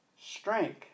strength